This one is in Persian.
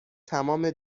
تمام